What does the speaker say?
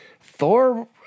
Thor –